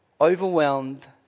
overwhelmed